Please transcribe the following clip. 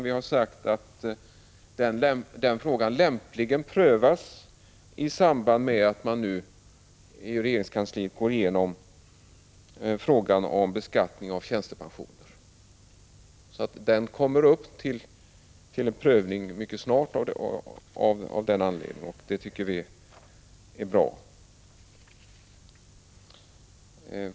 Vi har sagt att den frågan lämpligen prövas i samband med att man i regeringskansliet nu går igenom frågan om beskattning av tjänstepensioner. Den kommer av den anledningen alltså upp till prövning mycket snart, och det tycker vi är bra.